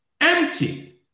Empty